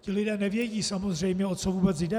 Ti lidé nevědí samozřejmě, o co vůbec jde.